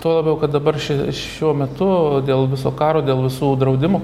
tuo labiau kad dabar ši šiuo metu dėl viso karo dėl visų draudimų